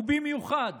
ובמיוחד